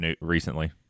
recently